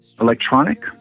electronic